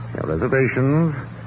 reservations